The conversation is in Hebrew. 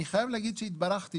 אני חייב להגיד שהתברכתי,